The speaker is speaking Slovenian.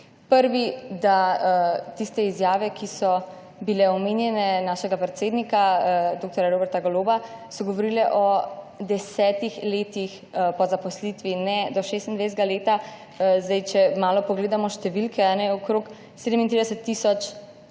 Prvi, da tiste izjave, ki so bile omenjene, našega predsednika dr. Roberta Goloba so govorile o desetih letih po zaposlitvi, ne do 26. leta. Sedaj če malo pogledamo številke, okoli 37 tisoč